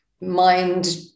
mind